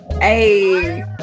Hey